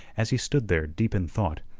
as he stood there deep in thought,